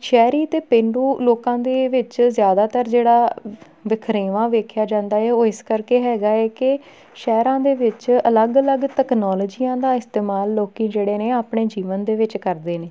ਸ਼ਹਿਰੀ ਅਤੇ ਪੇਂਡੂ ਲੋਕਾਂ ਦੇ ਵਿੱਚ ਜ਼ਿਆਦਾਤਰ ਜਿਹੜਾ ਵਖਰੇਵਾਂ ਵੇਖਿਆ ਜਾਂਦਾ ਹੈ ਉਹ ਇਸ ਕਰਕੇ ਹੈਗਾ ਹੈ ਕਿ ਸ਼ਹਿਰਾਂ ਦੇ ਵਿੱਚ ਅਲੱਗ ਅਲੱਗ ਤਕਨੋਲੋਜੀਆਂ ਦਾ ਇਸਤੇਮਾਲ ਲੋਕ ਜਿਹੜੇ ਨੇ ਆਪਣੇ ਜੀਵਨ ਦੇ ਵਿੱਚ ਕਰਦੇ ਨੇ